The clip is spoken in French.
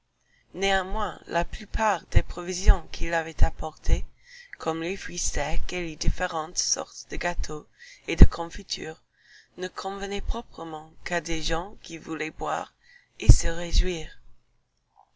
néanmoins la plupart des provisions qu'il avait apportées comme les fruits secs et les différentes sortes de gâteaux et de confitures ne convenaient proprement qu'à des gens qui voulaient boire et se réjouir